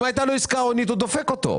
אם הייתה לו עסקה הונית זה דופק אותו.